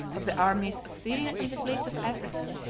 of the armies of syria and the fleets of africa,